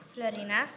Florina